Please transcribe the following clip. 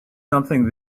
something